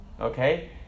okay